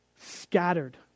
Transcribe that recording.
scattered